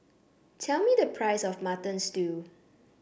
tell me the price of Mutton Stew